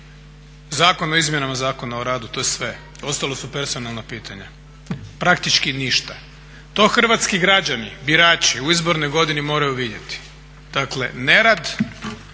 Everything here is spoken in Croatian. Zakon o izmjenama Zakona o radu, to je sve, ostalo su personalna pitanja. Praktički ništa. To hrvatski građani, birači u izbornoj godini moraju vidjeti. Dakle nerad